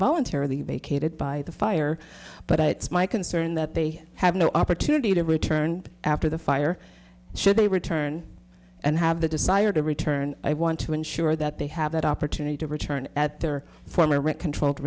voluntarily vacated by the fire but my concern that they have no opportunity to return after the fire should they return and have the desire to return i want to ensure that they have that opportunity to return at their former red controlled